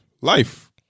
life